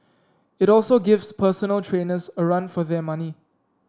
it also gives personal trainers a run for their money